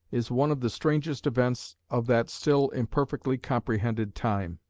is one of the strangest events of that still imperfectly comprehended time.